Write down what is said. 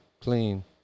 clean